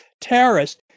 terrorist